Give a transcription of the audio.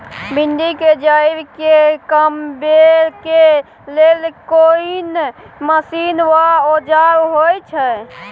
भिंडी के जईर के कमबै के लेल कोन मसीन व औजार होय छै?